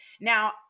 Now